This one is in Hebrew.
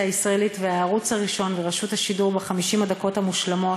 הישראלית והערוץ הראשון ורשות השידור ב-50 הדקות המושלמות.